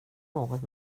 något